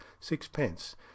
sixpence